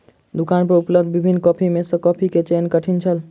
दुकान पर उपलब्ध विभिन्न कॉफ़ी में सॅ कॉफ़ी के चयन कठिन छल